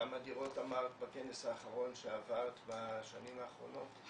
כמה דירות אמרת בכנס האחרון שעברת בשנים האחרונות?